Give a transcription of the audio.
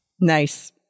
Nice